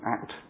act